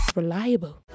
reliable